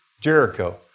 Jericho